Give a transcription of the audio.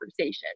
conversation